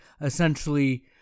essentially